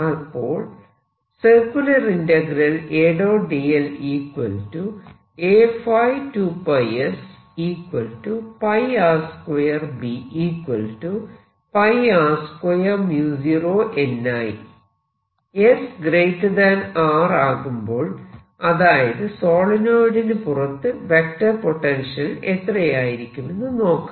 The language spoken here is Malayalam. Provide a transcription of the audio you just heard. അപ്പോൾ s R ആകുമ്പോൾ അതായത് സോളിനോയിഡിന് പുറത്ത് വെക്റ്റർ പൊട്ടൻഷ്യൽ എത്രയായിരിക്കുമെന്ന് നോക്കാം